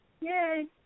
Yay